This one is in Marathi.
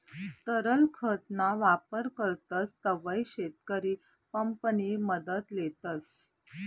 तरल खत ना वापर करतस तव्हय शेतकरी पंप नि मदत लेतस